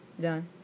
done